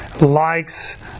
likes